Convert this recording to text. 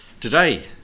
Today